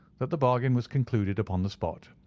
that the bargain was concluded upon the spot,